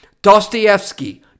Dostoevsky